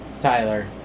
Tyler